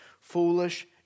foolish